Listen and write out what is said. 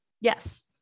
Yes